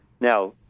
Now